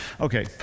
okay